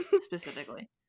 specifically